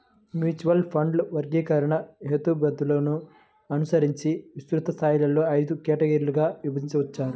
mutual ఫండ్ల వర్గీకరణ, హేతుబద్ధీకరణను అనుసరించి విస్తృత స్థాయిలో ఐదు కేటగిరీలుగా విభజించారు